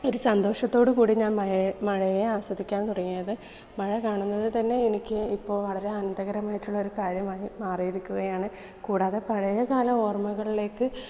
ഒരു സന്തോഷത്തോടു കൂടി ഞാൻ മഴയെ മഴയെ ആസ്വദിക്കാൻ തുടങ്ങിയത് മഴ കാണുന്നത് തന്നെ എനിക്ക് ഇപ്പോൾ വളരെ ആനന്ദകരമായിട്ടുള്ള ഒരു കാര്യമാണ് മാറിയിരിക്കുകയാണ് കൂടാതെ പഴയ കാല ഓർമകളിലേക്ക്